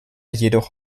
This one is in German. jedoch